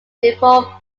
before